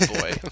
boy